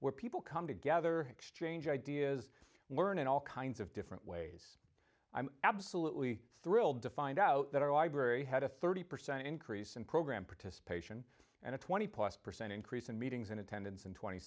where people come together exchange ideas and learn in all kinds of different ways i'm absolutely thrilled to find out that our library had a thirty percent increase in program participation and a twenty plus percent increase in meetings and attendance in tw